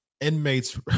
inmates